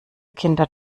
kinder